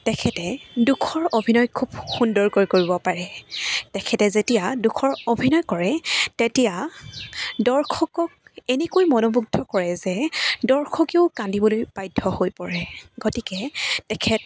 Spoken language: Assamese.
তেখেতে দুখৰ অভিনয় খুব সুন্দৰকৈ কৰিব পাৰে তেখেতে যেতিয়া দুখৰ অভিনয় কৰে তেতিয়া দৰ্শকক এনেকৈ মনোমুগ্ধ কৰে যে দৰ্শকেও কান্দিবলৈ বাধ্য হৈ পৰে গতিকে তেখেতে